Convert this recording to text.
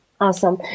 Awesome